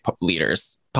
leaders